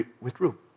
withdrew